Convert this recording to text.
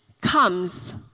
comes